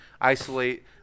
isolate